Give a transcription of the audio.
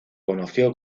conoció